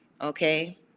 Okay